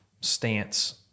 stance